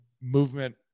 movement